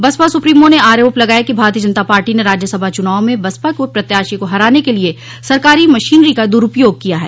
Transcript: Baspa supremo ने आरोप लगाया कि भारतीय जनता पार्टी ने राज्यसभा चूनाव में बसपा के प्रत्याशी को हराने के लिए सरकारी मशीनरी का दुरूपयोग किया है